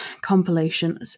compilation